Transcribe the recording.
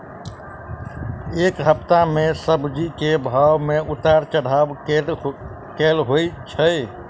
एक सप्ताह मे सब्जी केँ भाव मे उतार चढ़ाब केल होइ छै?